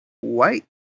white